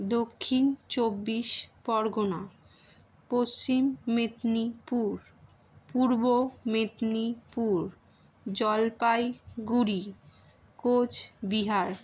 Dakshin Chabbish Pargana Paschim Medinipur Purba Medinipur Jalpaiguri Cooch Behar